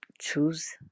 choose